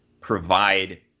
provide